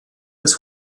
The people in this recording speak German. des